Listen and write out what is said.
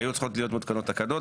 היו צריכות להיות מותקנות תקנות,